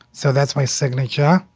so that's my signature.